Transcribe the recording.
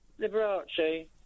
Liberace